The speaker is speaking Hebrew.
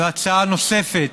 והצעה נוספת